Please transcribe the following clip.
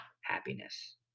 happiness